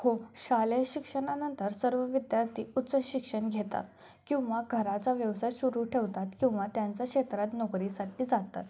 हो शालेय शिक्षणानंतर सर्व विद्यार्थी उच्च शिक्षण घेतात किंवा घराचा व्यवसाय सुरू ठेवतात किंवा त्यांच्या क्षेत्रात नोकरीसाठी जातात